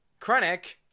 Krennic